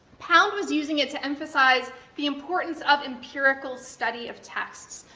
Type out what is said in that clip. pound was using it to emphasize the importance of empirical study of texts.